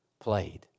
played